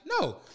no